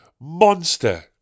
Monster